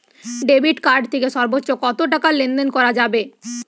Debit card থেকে সর্বোচ্চ কত টাকা লেনদেন করা যাবে?